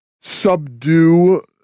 subdue